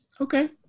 Okay